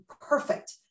perfect